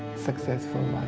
successful